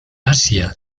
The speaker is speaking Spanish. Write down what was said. asia